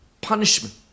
punishment